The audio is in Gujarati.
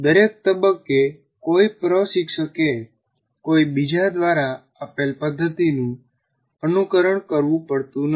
દરેક તબક્કે કોઈ પ્રશિક્ષકે કોઈ બીજા દ્વારા આપેલ પદ્ધતિનું અનુકરણ કરવું પડતું નથી